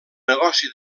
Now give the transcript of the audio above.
negoci